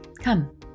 Come